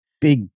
big